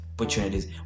opportunities